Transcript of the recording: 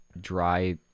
dry